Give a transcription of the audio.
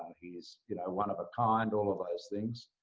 he's you know one of a kind, all of those things.